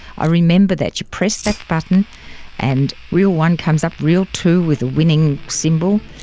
i remember that, you press that button and reel one comes up, reel two with a winning symbol,